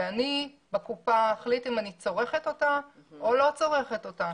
אני בקופה אחליט אם אני צורכת אותה או לא צורכת אותה.